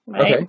Okay